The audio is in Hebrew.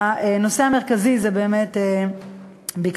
והנושא המרכזי זה באמת בקעת-הירדן.